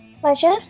Pleasure